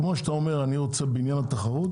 כמו שאתה אומר אני רוצה בעניין התחרות,